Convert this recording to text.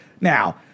now